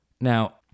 Now